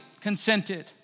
consented